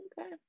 okay